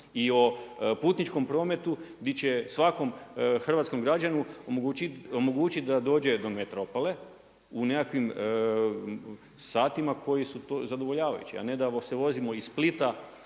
I on putničkom prometu di će svakom hrvatskom građanu omogućiti da dođe do metropole u nekakvim satima koji su zadovoljavajući, a ne da se vodimo iz Splita